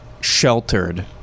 sheltered